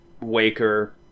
Waker